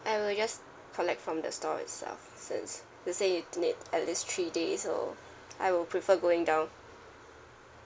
I'll just collect from the store itself since you say it need at least three days so I will prefer going down